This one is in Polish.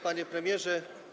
Panie Premierze!